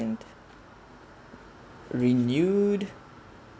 renewed